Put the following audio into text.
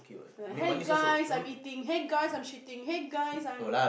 hey guys I'm eating hey guys I'm shitting hey guys I'm